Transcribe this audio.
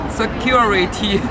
security